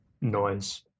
noise